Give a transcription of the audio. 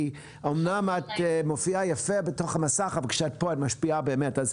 כי אמנם את מופיעה בתוך המסך אבל כשאת פה את משפיעה באמת.